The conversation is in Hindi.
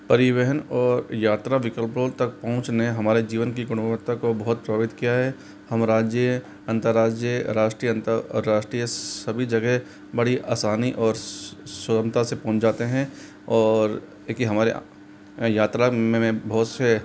परिवहन और यात्रा विकल्पों तक पहुंच ने हमारे जीवन की गुणवत्ता को बहुत प्रभावित किया है हम राज्य अंतरराज्य राष्ट्रीय अंतरराष्ट्रीय सभी जगह बड़ी आसानी और स्वतंत्रता से पहुंच जाते हैं और ये कि हमारे यात्रा में बहुत से